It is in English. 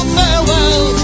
farewell